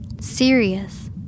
Serious